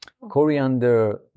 coriander